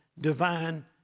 divine